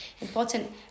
important